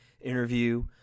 interview